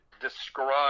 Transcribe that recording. Describe